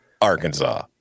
Arkansas